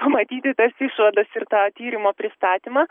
pamatyti tas išvadas ir tą tyrimo pristatymą